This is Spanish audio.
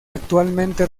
actualmente